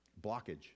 blockage